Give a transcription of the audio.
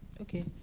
Okay